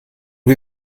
wie